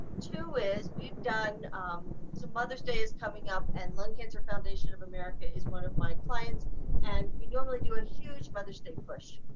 two is we've done some mother's day is coming up, and lung cancer foundation of america is one of my clients and we normally do a huge mother's day push,